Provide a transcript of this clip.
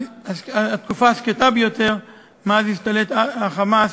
התקופה השקטה ביותר מאז השתלט ה"חמאס"